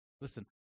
listen